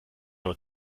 aber